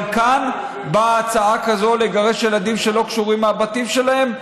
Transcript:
גם כאן באה הצעה כזאת לגרש ילדים שלא קשורים מהבתים שלהם?